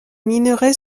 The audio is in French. minerais